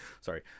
sorry